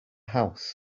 house